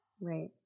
Right